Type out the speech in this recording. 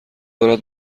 دارد